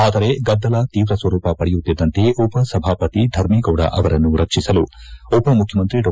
ಆದರೆ ಗದ್ದಲ ತೀವ್ರ ಸ್ವರೂಪ ಪಡೆಯುತ್ತಿದ್ದಂತೆ ಉಪಸಭಾಪತಿ ಧರ್ಮೇಗೌಡ ಅವರನ್ನು ರಕ್ಷಿಸಲು ಉಪಮುಖ್ಯಮಂತ್ರಿ ಡಾ